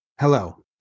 Hello